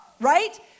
Right